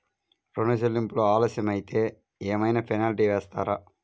ఋణ చెల్లింపులు ఆలస్యం అయితే ఏమైన పెనాల్టీ వేస్తారా?